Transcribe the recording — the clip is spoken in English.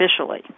officially